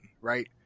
right